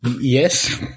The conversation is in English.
Yes